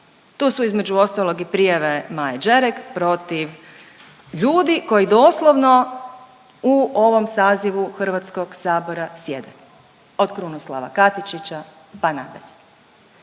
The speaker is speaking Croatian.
Tu su između ostalog i prijave Maje Đarek protiv ljudi koji doslovno u ovom sazivu Hrvatskog sabora sjede, od Krunoslava Katičića pa nadalje.